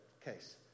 case